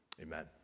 amen